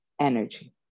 energy